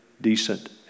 decent